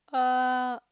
uh